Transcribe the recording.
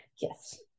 Yes